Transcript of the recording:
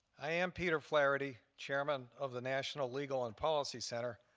i am peter flaherty, chairman of the national legal and policy center,